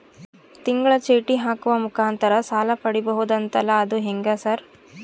ತಿಂಗಳ ಚೇಟಿ ಹಾಕುವ ಮುಖಾಂತರ ಸಾಲ ಪಡಿಬಹುದಂತಲ ಅದು ಹೆಂಗ ಸರ್?